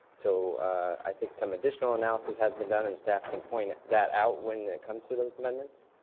so i think some additional analysis has been done and staff can point that out when it comes to those amendments.